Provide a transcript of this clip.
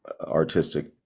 artistic